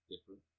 different